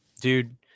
Dude